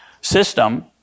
system